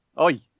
oi